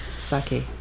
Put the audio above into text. sake